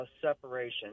separation